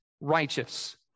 righteous